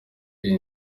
iyi